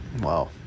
Wow